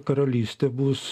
karalystė bus